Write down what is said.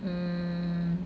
mm